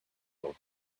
old